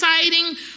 exciting